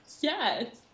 Yes